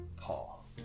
Paul